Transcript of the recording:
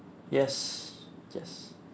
yes yes